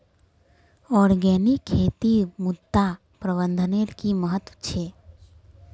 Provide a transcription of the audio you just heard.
organic खेतीत मृदा प्रबंधनेर कि महत्व छे